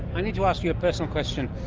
i need to ask you a personal question.